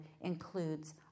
includes